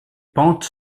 pentes